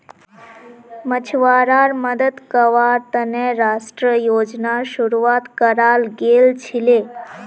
मछुवाराड मदद कावार तने राष्ट्रीय योजनार शुरुआत कराल गेल छीले